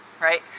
right